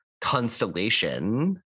constellation